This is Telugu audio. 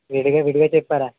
విడిగా విడిగా చెప్పారా